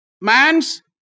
Man's